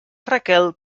raquel